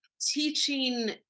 teaching